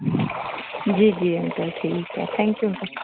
जी जी अंकल ठीकु आहे थैंक यू अंकल